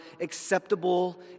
acceptable